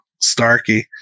Starkey